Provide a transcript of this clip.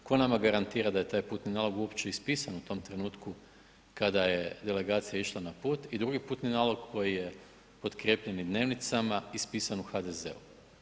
Tko nama garantira da je taj putni nalog uopće ispisan u tom trenutku kada je delegacija išla na put i drugi putni nalog koji je potkrijepljen i dnevnicama ispisan u HDZ-u.